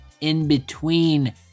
in-between